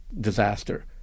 disaster